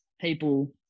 people